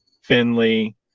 Finley